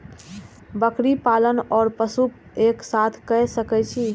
बकरी पालन ओर पशु एक साथ कई सके छी?